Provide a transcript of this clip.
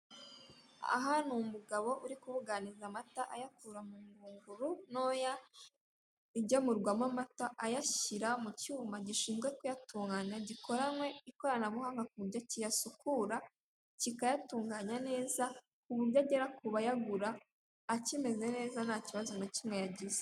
Aha ni umugabo uri kubuganiza amata ayakura mu ngunguru ntoya, igemurwamo amata ayashyira mu cyuma gishinzwe kuyatunganya gikoranywe ikoranabuhanga ku buryo kiyasukura, kikayatunganya neza, ku buryo agera ku bayagura akimeze neza, ntakibazo na kimwe yagize.